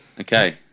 okay